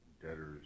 Debtors